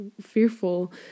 fearful